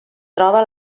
troba